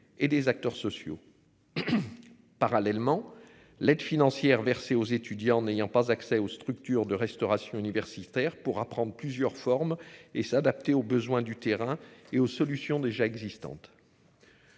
et des acteurs sociaux. Parallèlement, l'aide financière versée aux étudiants n'ayant pas accès aux structures de restauration universitaire pourra prendre plusieurs formes et s'adapter aux besoins du terrain et aux solutions déjà existantes.